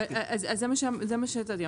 זה מה שהצעתי.